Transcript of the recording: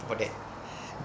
for that